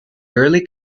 early